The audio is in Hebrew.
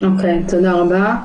תודה רבה.